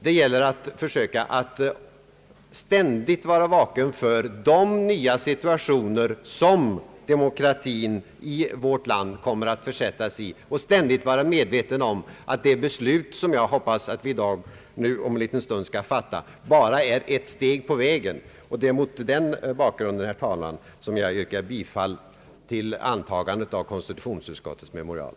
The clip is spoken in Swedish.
Det gäller att ständigt vara vaken för de nya situationer som demokratin i vårt land kommer att försättas i och att ständigt vara medveten om att det beslut som vi fattar om en liten stund bara är ett steg på vägen. Det är mot den bakgrunden, herr talman, som jag yrkar bifall till antagande av konstitutionsutskottets memorial.